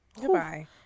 Goodbye